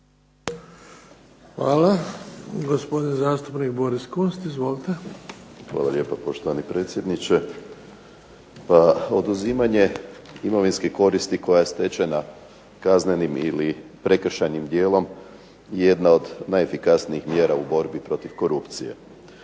Hvala. Gospodin zastupnik Boris KUnst. Izvolite. **Kunst, Boris (HDZ)** Hvala lijepa poštovani predsjedniče. Pa oduzimanje imovinske koristi koja je stečena kaznenim ili prekršajnim dijelom je jedna od najefikasnijih mjera u borbi protiv korupcije.